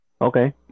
Okay